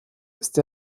ist